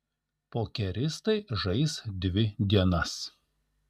pokeristai žais dvi dienas